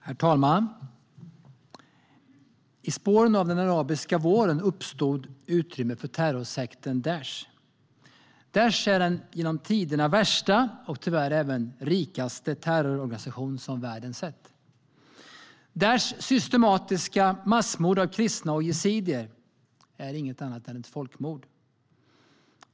Herr talman! I spåren av den arabiska våren uppstod utrymme för terrorsekten Daish. Daish är den genom tiderna värsta och tyvärr även rikaste terrororganisation som världen sett. Daishs systematiska massmord av kristna och yazidier är inget annat än ett folkmord.